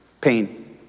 Pain